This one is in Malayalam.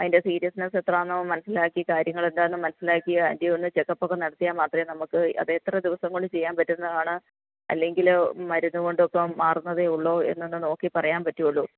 അതിൻ്റെ സീരിയസ്നെസ്സെത്രയാണെന്നോ മനസ്സിലാക്കി കാര്യങ്ങളെന്താണെന്നു മനസ്സിലാക്കി ആദ്യമൊന്ന് ചെക്കപ്പൊക്കെ നടത്തിയാൽ മാത്രമേ നമുക്ക് അതെത്ര ദിവസം കൊണ്ടു ചെയ്യാൻ പറ്റുന്നതാണ് അല്ലെങ്കിൽ മരുന്ന് കൊണ്ടിപ്പം മാറുന്നതേയുള്ളോ എന്നൊന്നു നോക്കി പറയാൻ പറ്റുകയുള്ളു